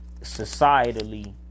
Societally